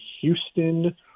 Houston